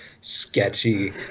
sketchy